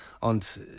Und